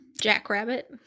jackrabbit